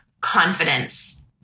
confidence